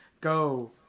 Go